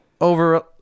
over